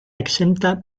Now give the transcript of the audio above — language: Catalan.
exempta